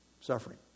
suffering